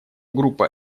группа